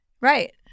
Right